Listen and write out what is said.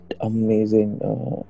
amazing